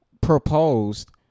proposed